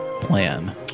plan